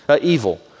evil